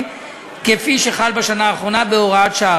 כפי שחל בשנה האחרונה בהוראת שעה.